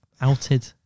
outed